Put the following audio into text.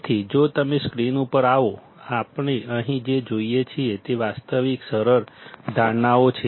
તેથી જો તમે સ્ક્રીન ઉપર આવો આપણે અહીં જે જોઈએ છીએ તે વાસ્તવિક સરળ ધારણાઓ છે